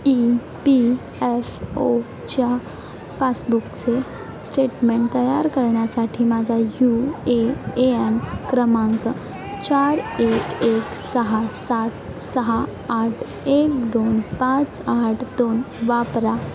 E P F ओच्या पासबुकचे statement तयार करण्यासाठी माझा यू ए एन क्रमांक चार एक एक सहा सात सहा आ ठएक दोन पाच आठ दोन वापरा